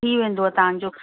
थी वेंदव तव्हांजो